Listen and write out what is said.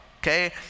Okay